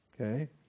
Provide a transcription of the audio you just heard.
Okay